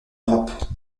europe